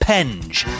Penge